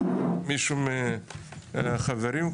מישהו מהחברים,